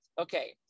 okay